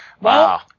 Wow